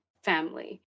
family